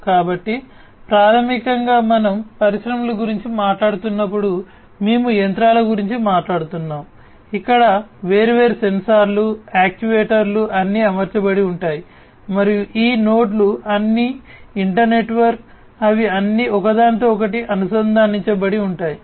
కాబట్టి ప్రాథమికంగా మనం పరిశ్రమల గురించి మాట్లాడుతున్నప్పుడు మేము యంత్రాల గురించి మాట్లాడుతున్నాము ఇక్కడ వేర్వేరు సెన్సార్లు యాక్యుయేటర్లు అన్నీ అమర్చబడి ఉంటాయి మరియు ఈ నోడ్లు అన్నీ ఇంటర్ నెట్వర్క్ అవి అన్నీ ఒకదానితో ఒకటి అనుసంధానించబడి ఉంటాయి